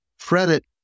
credit